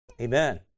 Amen